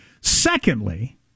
Secondly